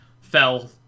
fell